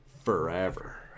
forever